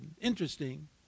Interesting